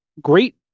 great